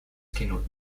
skin